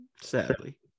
sadly